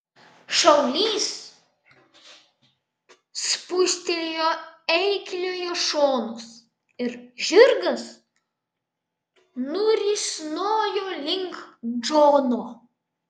šaulys spūstelėjo eikliojo šonus ir žirgas nurisnojo link džono